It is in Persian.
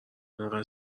انقدر